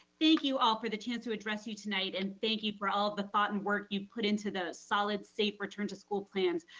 thank you all for the chance to address you tonight and thank you for all the thought and work you've put into the solid, safe return to plans.